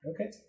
Okay